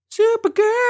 Supergirl